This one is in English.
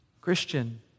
Christian